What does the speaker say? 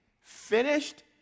finished